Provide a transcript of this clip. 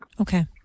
Okay